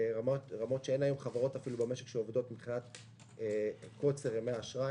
אין היום חברות במשק שעובדות בקוצר ימי אשראי,